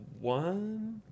one